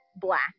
black